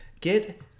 Get